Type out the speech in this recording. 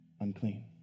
unclean